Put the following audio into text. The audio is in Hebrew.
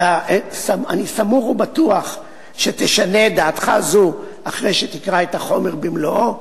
אני סמוך ובטוח שתשנה את דעתך זו אחרי שתקרא את החומר במלואו.